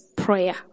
prayer